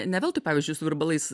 ne veltui pavyzdžiui su virbalais